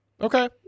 Okay